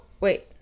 wait